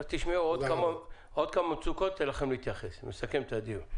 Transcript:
תשמעו עוד כמה מצוקות וניתן לכם להתייחס ונסכם את הדיון.